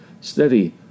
steady